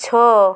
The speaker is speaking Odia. ଛଅ